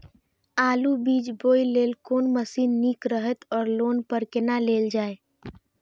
आलु बीज बोय लेल कोन मशीन निक रहैत ओर लोन पर केना लेल जाय?